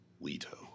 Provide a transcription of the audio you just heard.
Leto